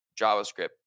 JavaScript